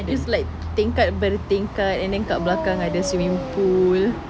it's like tingkat bertingkat and then kat belakang ada swimming pool